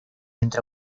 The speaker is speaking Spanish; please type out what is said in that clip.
entre